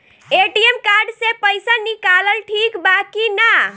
ATM card से पईसा निकालल ठीक बा की ना?